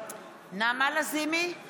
בעד נעמה לזימי, נגד יעקב ליצמן, בעד גבי